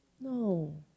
No